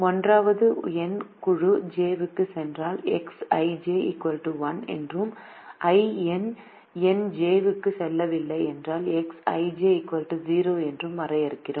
I வது எண் குழு j க்குச் சென்றால் Xij 1 என்றும் i எண் எண் j க்குச் செல்லவில்லை என்றால் Xij 0 என்றும் வரையறுக்கிறோம்